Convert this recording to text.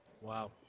wow